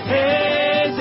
Hey